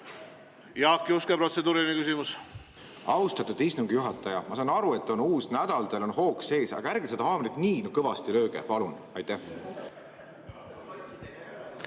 Jaak Juske, protseduuriline küsimus. Austatud istungi juhataja! Ma saan aru, et on uus nädal, teil on hoog sees, aga ärge seda haamrit nii kõvasti lööge, palun!